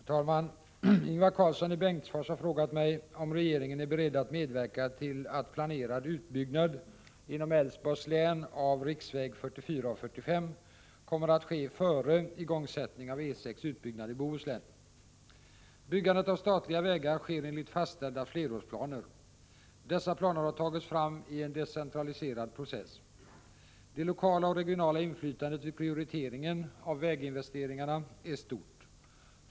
Herr talman! Ingvar Karlsson i Bengtsfors har frågat mig om regeringen är beredd att medverka till att planerad utbyggnad inom Älvsborgs län av riksvägarna 44 och 45 kommer att ske före igångsättning av utbyggnad av E 6 i Bohuslän. Byggandet av statliga vägar sker enligt fastställda flerårsplaner. Dessa planer har tagits fram i en decentraliserad process. Det lokala och regionala inflytandet vid prioriteringen av väginvesteringarna är stort.